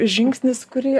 žingsnis kurį